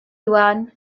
iwan